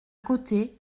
côté